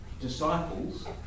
disciples